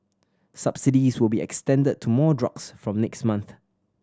subsidies will be extended to more drugs from next month